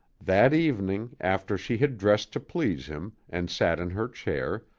that evening, after she had dressed to please him, and sat in her chair,